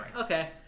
Okay